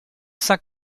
saint